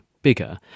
bigger